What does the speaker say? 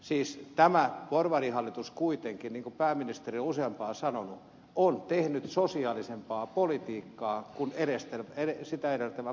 siis tämä porvarihallitus kuitenkin niin kuin pääministeri on useampaankin kertaan sanonut on tehnyt sosiaalisempaa politiikkaa kuin sitä edeltänyt punamultahallitus